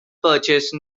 purchase